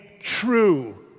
true